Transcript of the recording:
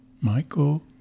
Michael